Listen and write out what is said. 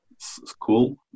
school